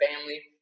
family